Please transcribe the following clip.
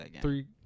Three